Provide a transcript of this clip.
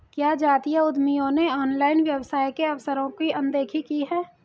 क्या जातीय उद्यमियों ने ऑनलाइन व्यवसाय के अवसरों की अनदेखी की है?